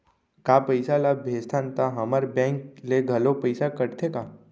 का पइसा ला भेजथन त हमर बैंक ले घलो पइसा कटथे का?